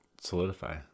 solidify